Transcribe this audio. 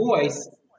voice